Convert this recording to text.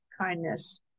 kindness